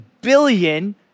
billion